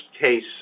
case